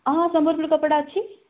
ହଁ ସମ୍ବଲପୁରୀ କପଡ଼ା ଅଛି